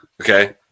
Okay